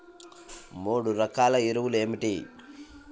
మూడు రకాల ఎరువులు ఏమిటి?